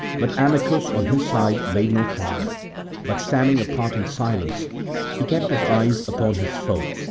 but amycus on his side made no trial but standing apart in silence he kept his eyes upon his foe,